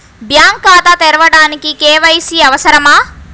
Bank ఖాతా తెరవడానికి KYC అవసరమా?